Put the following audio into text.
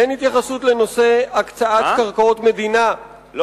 אין התייחסות להקצאת קרקעות מדינה, מה?